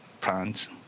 plants